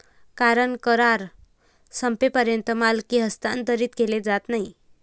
कारण करार संपेपर्यंत मालकी हस्तांतरित केली जात नाही